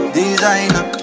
designer